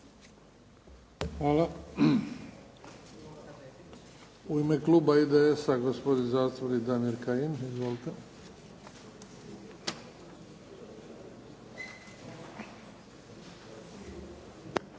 Hvala. U ime kluba IDS-a, gospodin zastupnik Damir Kajin. Izvolite.